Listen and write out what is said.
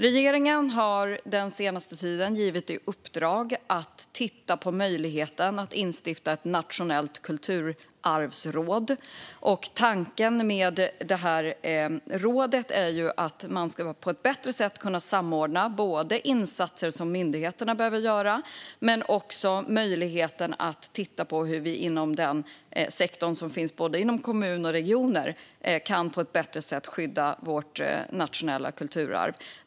Regeringen har den senaste tiden givit i uppdrag att titta på möjligheten att instifta ett nationellt kulturarvsråd. Tanken med rådet är att man på ett bättre sätt ska kunna samordna insatser som myndigheter behöver göra och titta på hur vi inom den sektor som finns i kommuner och regioner på ett bättre sätt kan skydda vårt nationella kulturarv.